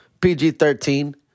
PG-13